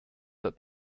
but